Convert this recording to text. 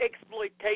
Exploitation